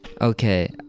Okay